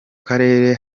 karere